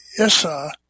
Issa